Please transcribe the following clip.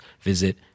visit